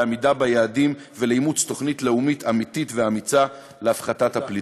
לעמידה ביעדים ולאימוץ תוכנית לאומית אמיתית ואמיצה להפחתת הפליטות.